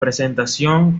presentación